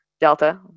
delta